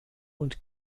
und